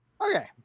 okay